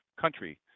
country